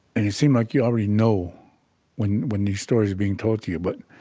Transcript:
and you seem like you already know when when these stories are being told to you. but